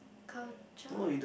culture